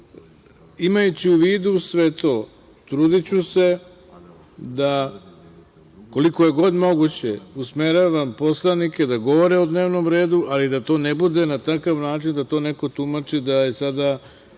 tome. Imajući u vidu sve to, trudiću se da koliko je god moguće usmeravam poslanike da govore o dnevnom redu, ali da to ne bude na takav način da to neko tumači da je sada